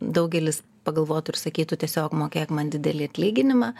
daugelis pagalvotų ir sakytų tiesiog mokėk man didelį atlyginimą